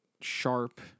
sharp